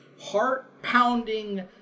heart-pounding